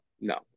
no